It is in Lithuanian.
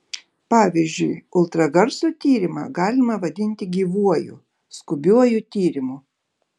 pavyzdžiui ultragarso tyrimą galima vadinti gyvuoju skubiuoju tyrimu